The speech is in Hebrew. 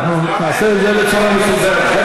אנחנו נעשה את זה בצורה מסודרת,